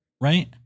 right